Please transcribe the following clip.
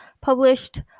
published